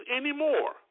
anymore